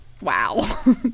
Wow